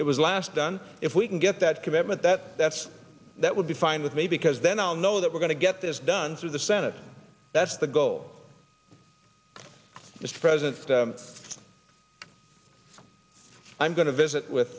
it was last done if we can get that commitment that that's that would be fine with me because then i'll know that we're going to get this done through the senate that's the goal mr president i'm going to visit